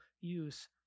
use